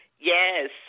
Yes